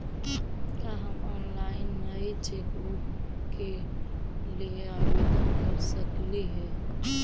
का हम ऑनलाइन नई चेकबुक के लिए आवेदन कर सकली हे